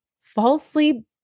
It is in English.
falsely